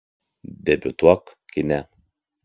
debiutuok kine